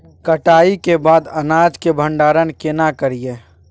कटाई के बाद अनाज के भंडारण केना करियै?